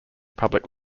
public